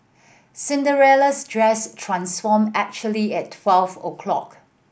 Cinderella's dress transformed actually at twelve o' clock